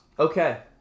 Okay